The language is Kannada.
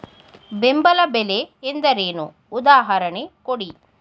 ಬೆಂಬಲ ಬೆಲೆ ಎಂದರೇನು, ಉದಾಹರಣೆ ಕೊಡಿ?